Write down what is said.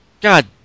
God